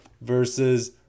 versus